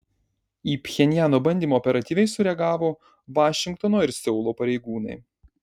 į pchenjano bandymą operatyviai sureagavo vašingtono ir seulo pareigūnai